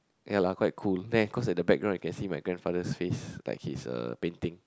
ya lah quite cool then cause at the background you can see my grandfather's face like he's a painting